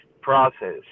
process